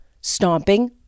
stomping